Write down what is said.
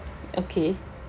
okay